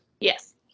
yes